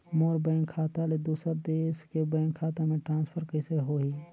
मोर bank खाता ले दुसर देश के बैंक खाता मे ट्रांसफर कइसे होही?